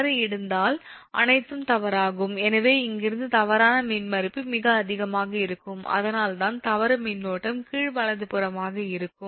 தவறு நடந்தால் அனைத்தும் தவறாகும் எனவே இங்கிருந்து தவறான மின்மறுப்பு மிக அதிகமாக இருக்கும் அதனால்தான் தவறு மின்னோட்டம் கீழ் வலதுபுறமாக இருக்கும்